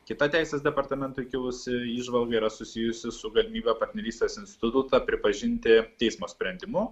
kita teisės departamentui kilusi įžvalga yra susijusi su galimybe partnerystės institutą pripažinti teismo sprendimu